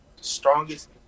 strongest